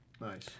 Nice